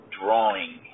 drawing